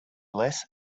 less